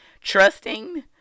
Trusting